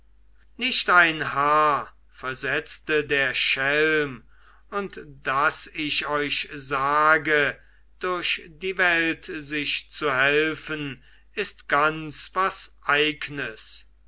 nicht ein haar versetzte der schelm und daß ich euch sage durch die welt sich zu helfen ist ganz was eignes